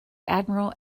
admiral